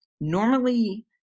normally